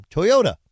Toyota